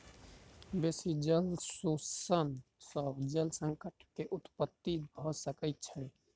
बेसी जल शोषण सॅ जल संकट के उत्पत्ति भ सकै छै